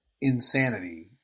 insanity